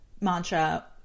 mantra